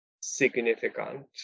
significant